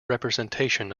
representation